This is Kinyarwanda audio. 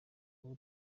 uba